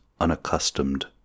unaccustomed